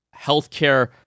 healthcare